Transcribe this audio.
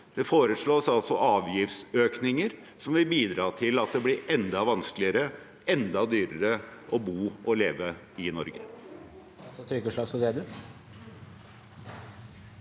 Det foreslås altså avgiftsøkninger, som vil bidra til at det blir enda vanskeligere og enda dyrere å bo og leve i Norge.